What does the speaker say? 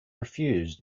refused